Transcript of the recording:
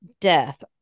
death